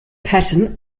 pattern